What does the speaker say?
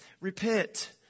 Repent